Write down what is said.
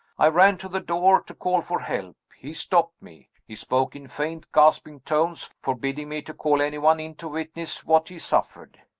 i ran to the door to call for help. he stopped me he spoke in faint, gasping tones, forbidding me to call any one in to witness what he suffered.